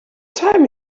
time